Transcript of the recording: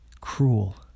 cruel